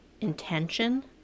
intention